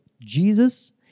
Jesus